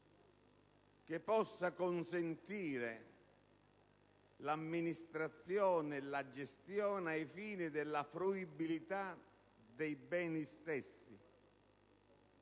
che possa consentire l'amministrazione e la gestione ai fini della fruibilità dei beni stessi